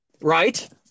Right